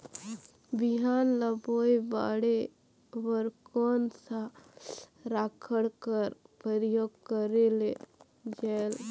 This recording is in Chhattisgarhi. बिहान ल बोये बाढे बर कोन सा राखड कर प्रयोग करले जायेल?